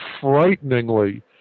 frighteningly